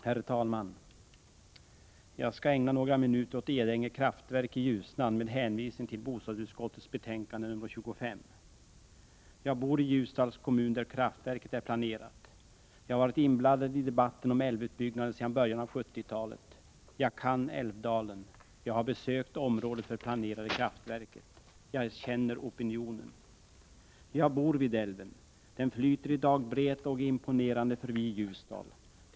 Herr talman! Jag skall ägna några minuter åt Edänge kraftverk i Ljusnan med hänvisning till bostadsutskottets betänkande nr 25. Jag bor i Ljusdals kommun, där kraftverket är planerat, och jag har varit inblandad i debatten om älvutbyggnaden sedan början av 1970-talet. Jag kan älvdalen. Jag har besökt området för det planerade kraftverket. Jag känner opinionen. Jag bor vid älven. Den flyter i dag bred och imponerande förbi Ljusdal.